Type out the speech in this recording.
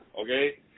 okay